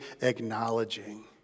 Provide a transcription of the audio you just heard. acknowledging